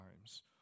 times